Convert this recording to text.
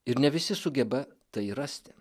ir ne visi sugeba tai rasti